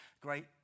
Great